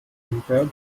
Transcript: umfährt